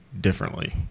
differently